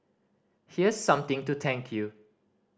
here's something to thank you